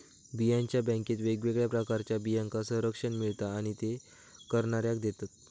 बियांच्या बॅन्केत वेगवेगळ्या प्रकारच्या बियांका संरक्षण मिळता आणि ते करणाऱ्याक देतत